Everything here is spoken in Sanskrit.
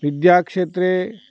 विद्या क्षेत्रे